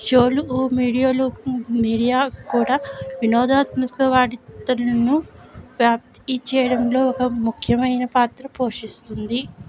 షోలు మీడియోలు మీడియా కూడా వినోదాత్మక వార్తలను వ్యాప్తి చేయడంలో ఒక ముఖ్యమైన పాత్ర పోషిస్తుంది